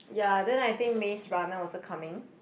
ya then I think Maze-Runner also coming